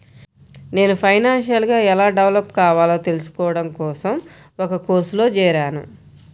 నేను ఫైనాన్షియల్ గా ఎలా డెవలప్ కావాలో తెల్సుకోడం కోసం ఒక కోర్సులో జేరాను